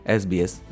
sbs